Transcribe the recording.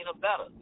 better